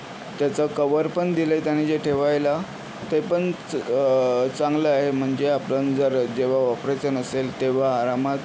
त्याचा कव्हर पण दिलं आहे त्याने जे ठेवायला ते पण च चांगलं आहे म्हणजे आपण जर जेव्हा वापरायचं नसेल तेव्हा आरामात